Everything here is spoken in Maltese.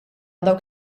dawk